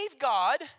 God